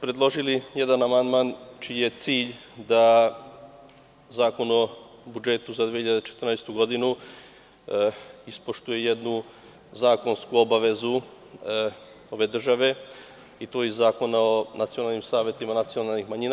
Predložili smo jedan amandman, čiji je cilj da Zakon o budžetu za 2014. godinu ispoštuje jednu zakonsku obavezu ove države, i to iz Zakona o nacionalnim savetima nacionalnih manjina.